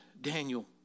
Daniel